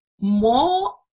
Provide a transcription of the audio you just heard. more